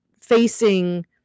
facing